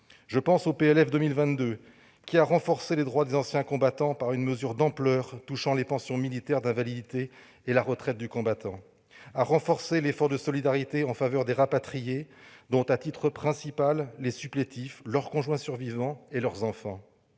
de finances pour 2022, qui a renforcé les droits des anciens combattants par une mesure d'ampleur touchant les pensions militaires d'invalidité et la retraite du combattant, et a également amélioré l'effort de solidarité en faveur des rapatriés, parmi lesquels, à titre principal, les supplétifs, leurs conjoints survivants et leurs enfants.